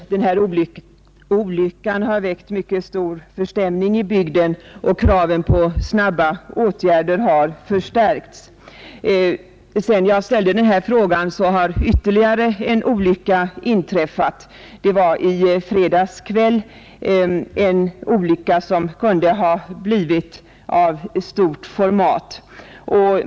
Olyckan har väckt stor förstämning i bygden, och kraven på snabba åtgärder har förstärkts. Sedan jag ställde frågan har ytterligare en olycka inträffat nämligen i fredags kväll, en olycka som kunde ha blivit av stort format.